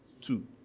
Two